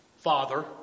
father